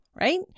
right